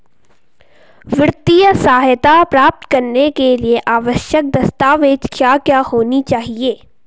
वित्तीय सहायता प्राप्त करने के लिए आवश्यक दस्तावेज क्या क्या होनी चाहिए?